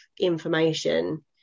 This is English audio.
information